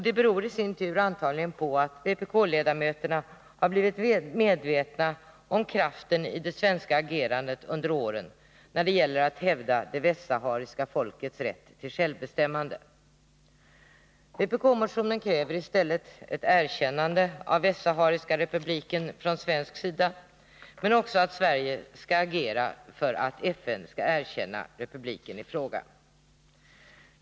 Det beror i sin tur antagligen på att vpk-ledamöterna har blivit medvetna om kraften i det svenska agerandet under åren när det gällt att hävda det västsahariska folkets rätt till självbestämmande. I vpk-motionen krävs i stället ett erkännande från svensk sida av Demokratiska sahariska arabrepubliken, men också att Sverige skall agera för att FN skall erkänna republiken i fråga.